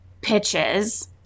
pitches